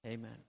Amen